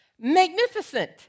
Magnificent